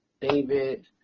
David